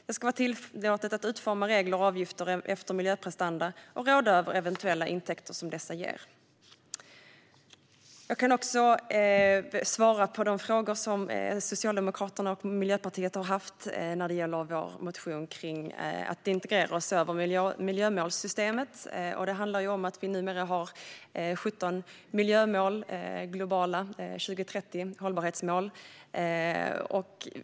Det ska vara tillåtet att utforma regler och avgifter efter miljöprestanda och råda över eventuella intäkter som dessa ger. Jag kan också svara på de frågor som Socialdemokraterna och Miljöpartiet har haft när det gäller vår motion om att integrera och se över miljömålssystemet. Det handlar om att vi numera har 17 globala hållbarhetsmål till 2030.